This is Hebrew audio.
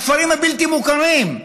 הכפרים הבלתי-מוכרים,